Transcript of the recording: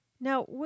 Now